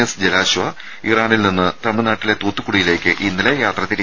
S Jalashwa ഇറാനിൽ നിന്ന് തമിഴ്നാട്ടിലെ തൂത്തുക്കുടിയിലേക്ക് ഇന്നലെ യാത്ര തിരിച്ചു